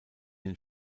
den